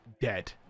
dead